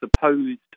supposed